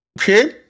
Okay